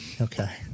Okay